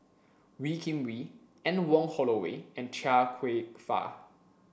Wee Kim Wee Anne Wong Holloway and Chia Kwek Fah